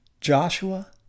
Joshua